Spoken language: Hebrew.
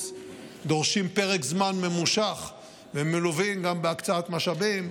דורשים פרק זמן ממושך ומלווים גם בהקצאת משאבים,